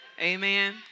Amen